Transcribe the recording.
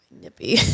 nippy